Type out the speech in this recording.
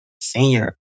Senior